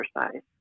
exercise